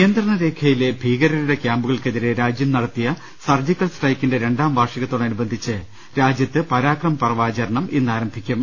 നിയന്ത്രണരേഖയിലെ ഭീകരരുടെ ക്യാമ്പുകൾ ക്കെതിരെ രാജ്യം നടത്തിയ സർജിക്കൽ സ്ട്രൈക്കിന്റെ രണ്ടാം വാർഷികത്തോടനുബന്ധിച്ച് രാജ്യത്ത് പരാക്രം പർവ് ആചരണം ഇന്ന് ആരംഭിക്കും